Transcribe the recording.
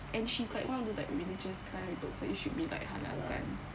and she's quite one of those like religious kind of girl so it should be like halal kan